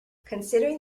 considering